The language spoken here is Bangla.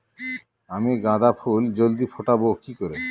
আমি গাঁদা ফুল জলদি ফোটাবো কি করে?